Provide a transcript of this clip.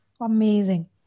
Amazing